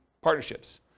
partnerships